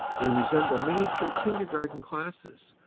they resemble miniature kindergarten classes,